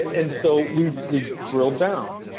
and so we we drilled down.